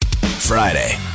Friday